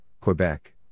Quebec